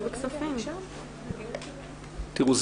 תראו,